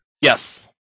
Yes